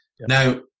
Now